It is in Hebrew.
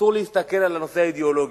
אסור להסתכל על הנושא האידיאולוגי.